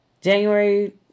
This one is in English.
January